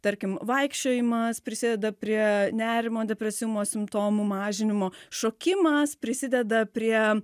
tarkim vaikščiojimas prisideda prie nerimo depresyvumo simptomų mažinimo šokimas prisideda prie